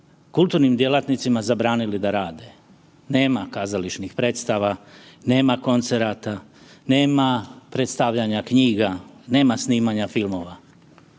kulturnim djelatnicima zabranili da rade, nema kazališnih predstava, nema koncerata, nema predstavljanja knjiga, nema snimanja filmova.